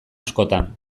askotan